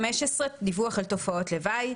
דיווח על תופעות לוואי15.